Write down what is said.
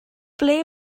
ble